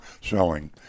selling